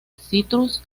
citrus